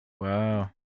Wow